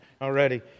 already